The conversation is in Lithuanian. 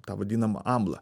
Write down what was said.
ta vadinama amla